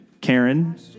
Karen